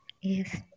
Yes